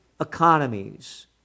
economies